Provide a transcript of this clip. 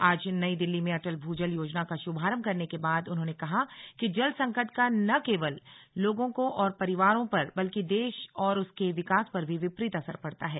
आज नई दिल्ली में अटल भूजल योजना का शुभारंभ करने के बाद उन्होंने कहा कि जल संकट का न केवल लोगों और परिवारों पर बल्कि देश और उसके विकास पर भी विपरीत असर पड़ता है